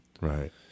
right